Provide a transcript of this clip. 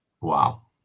wow